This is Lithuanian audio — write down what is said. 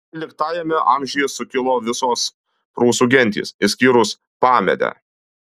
tryliktajame amžiuje sukilo visos prūsų gentys išskyrus pamedę